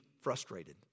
frustrated